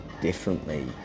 differently